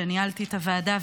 כשניהלתי את הוועדה,